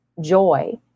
joy